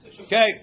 Okay